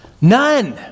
none